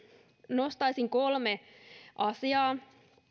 nostaisin kolme asiaa